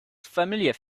familiar